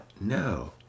no